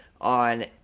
On